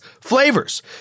flavors